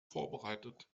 vorbereitet